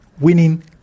winning